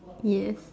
yes